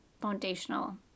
foundational